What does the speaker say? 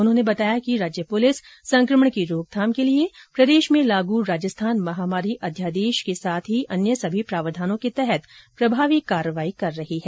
उन्होंने बताया कि राज्य पुलिस संक्रमण की रोकथाम के लिए प्रदेश में लागू राजस्थान महामारी अध्यादेश की साथ ही अन्य सभी प्रावधानों के तहत प्रभावी कार्यवाही कर रही है